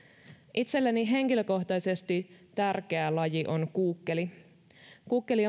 itselleni henkilökohtaisesti tärkeä laji on kuukkeli kuukkeli